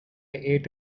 ate